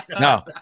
No